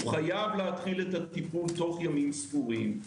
הוא חייב להתחיל את הטיפול תוך ימים ספורים.